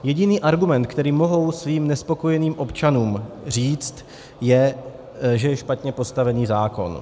Jediný argument, který mohou svým nespokojeným občanům říct, je, že je špatně postavený zákon.